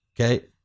okay